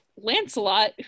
Lancelot